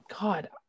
God